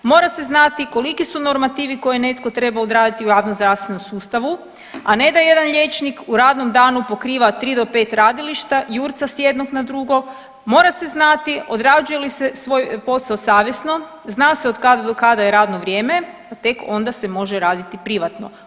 Mora se znati koliki su normativi koje netko treba odraditi u javnozdravstvenom sustavu, a ne da jedan liječnik u radnom danu pokriva 3 do 5 radilišta jurca s jednog na drugo, mora se znati odrađuje li se svoj posao savjesno, zna se od kada do kada je radno vrijeme, a tek onda se može raditi privatno.